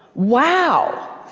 wow,